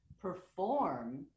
perform